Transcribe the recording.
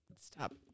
stop